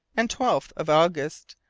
and twelfth of august,